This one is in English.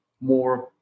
more